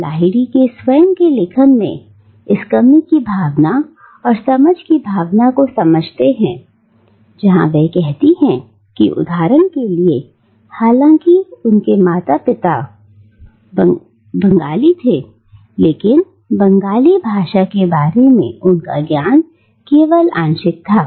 हम लाहिड़ी के स्वयं के लेखन में इस कमी की भावना और समझ की भावना को समझते हैं जहां वह कहती हैं कि उदाहरण के लिए हालांकि उनके माता पिता बंगाली थे लेकिन बंगाली भाषा के बारे में उनका ज्ञान केवल आंशिक था